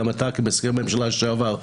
גם אתה כמזכיר הממשלה לשעבר,